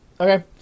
Okay